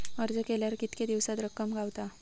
अर्ज केल्यार कीतके दिवसात रक्कम गावता?